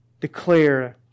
declare